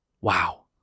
Wow